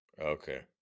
Okay